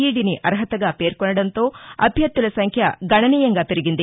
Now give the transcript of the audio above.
ఇదిని అర్హతగా పేర్కొనడంతో అభ్యర్దుల సంఖ్య గణనీయంగా పెరిగింది